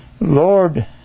Lord